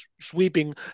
sweeping